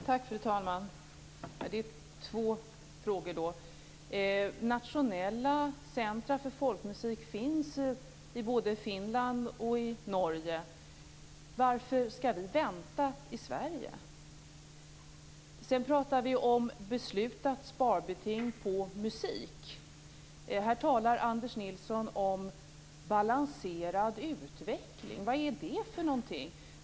Fru talman! Jag vill ta upp två frågor. Nationella centrum för folkmusik finns i både Finland och Norge. Varför skall vi vänta i Sverige? Sedan pratade vi om beslutat sparbeting på musik. Här talar Anders Nilsson om en balanserad utveckling. Vad är det för någonting?